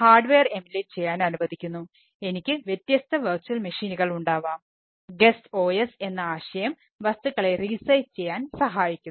hardware ചെയ്യാൻ സഹായിക്കുന്നു